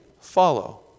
follow